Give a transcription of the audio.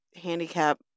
handicap